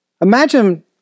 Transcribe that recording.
Imagine